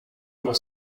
pour